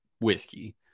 whiskey